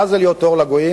מה זה להיות אור לגויים?